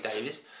Davis